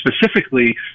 specifically